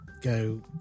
go